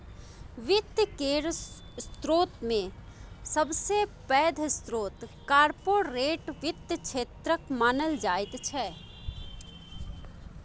वित्त केर स्रोतमे सबसे पैघ स्रोत कार्पोरेट वित्तक क्षेत्रकेँ मानल जाइत छै